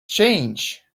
change